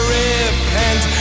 repent